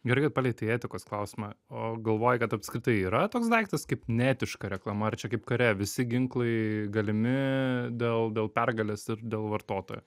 gerai kad palietei etikos klausimą o galvoji kad apskritai yra toks daiktas kaip neetiška reklama ar čia kaip kare visi ginklai galimi dėl dėl pergalės dėl vartotojo